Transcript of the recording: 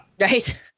Right